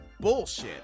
bullshit